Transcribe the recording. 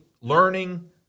learning